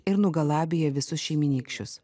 ir nugalabija visus šeimynykščius